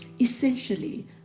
essentially